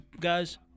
guys